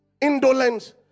indolence